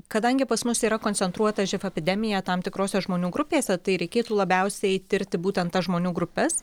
kadangi pas mus yra koncentruota živ epidemija tam tikrose žmonių grupėse tai reikėtų labiausiai tirti būtent tas žmonių grupes